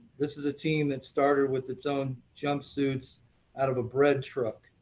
this is a team that started with its own jumpsuits out of a bread truck,